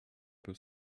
był